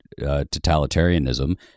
totalitarianism